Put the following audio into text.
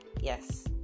yes